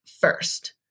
first